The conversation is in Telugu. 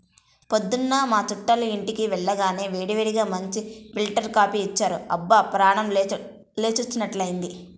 పొద్దున్న మా చుట్టాలింటికి వెళ్లగానే వేడివేడిగా మంచి ఫిల్టర్ కాపీ ఇచ్చారు, అబ్బా ప్రాణం లేచినట్లైంది